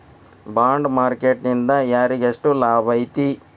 Bond market ನಿಂದಾ ಯಾರಿಗ್ಯೆಷ್ಟ್ ಲಾಭೈತಿ?